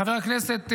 חבר הכנסת ביטון,